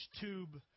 tube